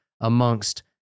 amongst